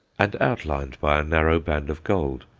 and outlined by a narrow band of gold.